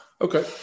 okay